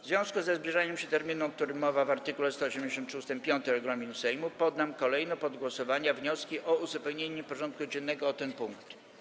W związku ze zbliżaniem się terminu, o którym mowa w art. 183 ust. 5 regulaminu Sejmu, poddam kolejno pod głosowanie wnioski o uzupełnienie porządku dziennego o te punkty.